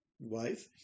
wife